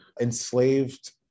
enslaved